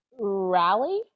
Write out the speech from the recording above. Rally